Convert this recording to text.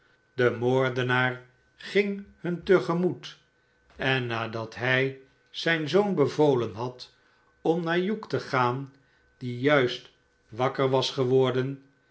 de moordenaar ging hun te gemoet en nadat hij zijn zoon bevolen had om naar hugh tegaan die juist wakker was geworden